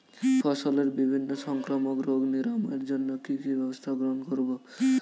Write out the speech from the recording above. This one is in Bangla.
ফসলের বিভিন্ন সংক্রামক রোগ নিরাময়ের জন্য কি কি ব্যবস্থা গ্রহণ করব?